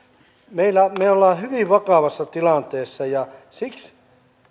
tämä on hyvin helppo laskea me olemme hyvin vakavassa tilanteessa ja siksi